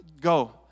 Go